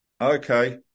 Okay